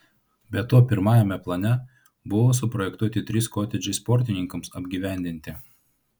be to pirmajame plane buvo suprojektuoti trys kotedžai sportininkams apgyvendinti